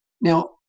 Now